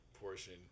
portion